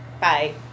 Bye